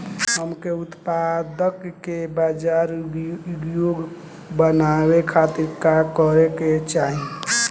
हमके उत्पाद के बाजार योग्य बनावे खातिर का करे के चाहीं?